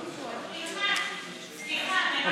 אין לי זכות דיבור?